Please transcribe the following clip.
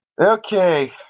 Okay